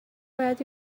باید